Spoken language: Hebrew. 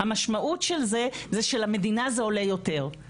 המשמעות של זה זה שלמדינה זה עולה יותר.